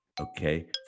okay